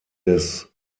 des